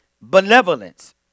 benevolence